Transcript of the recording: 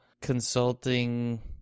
consulting